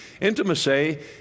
Intimacy